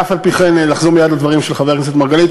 ואף-על-פי-כן לחזור מייד לדברים של חבר הכנסת מרגלית.